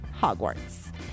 Hogwarts